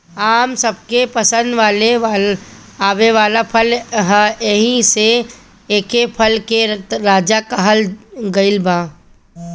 आम सबके पसंद आवे वाला फल ह एही से एके फल के राजा कहल गइल बा